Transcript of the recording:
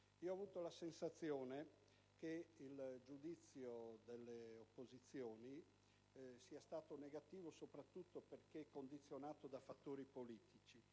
Ho avuto la sensazione che il giudizio delle opposizioni sia stato negativo soprattutto perché condizionato da fattori politici,